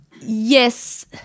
yes